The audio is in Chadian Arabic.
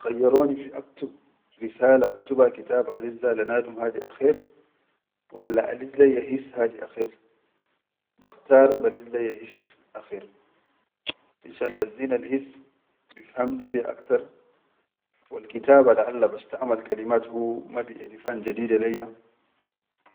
Kan khayyaroni fi aktub risala aktuba kitaba alizza le nadum akher walla aliz leyya his nadi akher, bakhtaar aliz leyya his akher finshan lazzinal his bifhamni fiya aktar, wal kitaba laʼalla bastamal kalimat hu ma biʼarifan jadide leyya